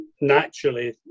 naturally